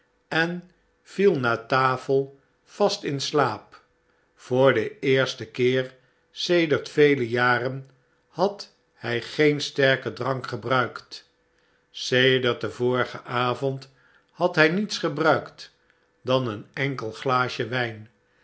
en viel na tafel vast in slaap voor den eersten keer sedert vele jaren had hij geen sterken drank gebruikt sedert den vorigen avond had hy niets gebruikt dan een enkel glaasje wijn